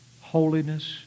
holiness